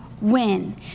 win